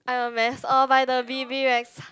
I'm a mess all by the Bebe Rexa